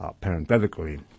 parenthetically